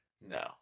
No